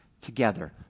together